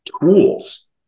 tools